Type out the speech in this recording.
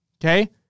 Okay